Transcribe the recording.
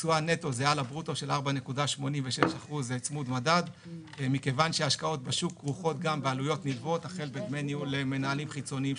14 בספטמבר 2021. יש לנו היום שני סעיפים,